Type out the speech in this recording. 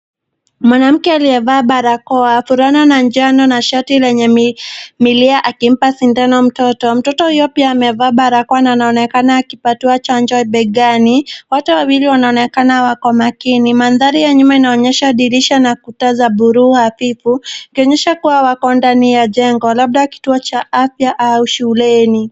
Mwanamke aliyevaa barakoa fulana la njano na shati lenye milia akimpa sindano mtoto. Mtoto huyo pia amevaa barakoa na anoekana akipatiwa chanjo begani, wote wawili wanaonekana wako makini mandhari ya nyuma inaonyesha dirisha na kuta za bluu hafifu ikionyesha kuwa wako ndani ya jengo labda kituo cha afya au shuleni.